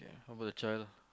what about the child